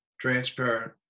transparent